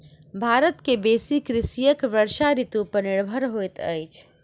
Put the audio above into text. भारत के बेसी कृषक वर्षा ऋतू पर निर्भर होइत अछि